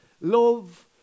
love